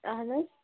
اَہَن حظ